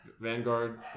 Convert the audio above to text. Vanguard